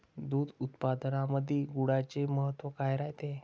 दूध उत्पादनामंदी गुळाचे महत्व काय रायते?